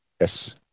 Yes